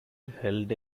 held